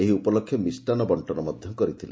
ଏହି ଉପଲକ୍ଷେ ମିଷ୍ଚାନ୍ ବଣ୍କନ ମଧ କରିଥିଲେ